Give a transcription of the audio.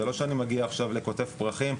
זה לא שאני מגיע עכשיו לקוטף פרחים,